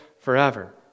forever